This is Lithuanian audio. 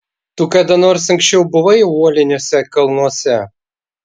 tu kada nors anksčiau buvai uoliniuose kalnuose